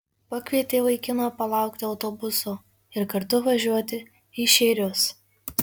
pakvietė vaikiną palaukti autobuso ir kartu važiuoti į šėrius